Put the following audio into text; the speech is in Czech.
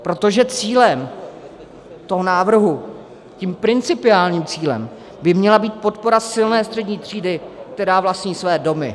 Protože cílem toho návrhu, tím principiálním cílem, by měla být podpora silné střední třídy, která vlastní své domy.